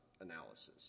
analysis